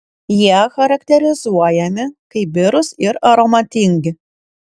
jie charakterizuojami kaip birūs ir aromatingi